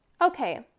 Okay